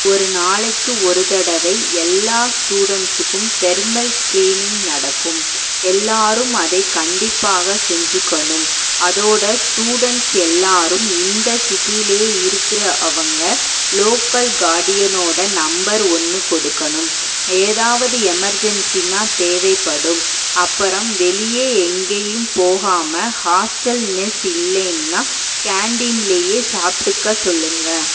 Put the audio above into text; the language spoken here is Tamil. ஒரு நாளைக்கு ஒரு தடவை எல்லா ஸ்டூடெண்ட்ஸுக்கும் தெர்மல் ஸ்க்ரீனிங் நடக்கும் எல்லோரும் அதை கண்டிப்பாக செஞ்சுக்கணும் அதோட ஸ்டூடெண்ட்ஸ் எல்லோரும் இந்த சிட்டியிலேயே இருக்கிற அவங்க லோக்கல் கார்டியனோட நம்பர் ஒன்று கொடுக்கணும் ஏதாவது எமெர்ஜென்ஸின்னா தேவைப்படும் அப்புறம் வெளியே எங்கேயும் போகாமல் ஹாஸ்டல் மெஸ் இல்லைன்னா கேன்டீன்லேயே சாப்பிட்டுக்க சொல்லுங்கள்